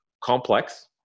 complex